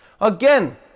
Again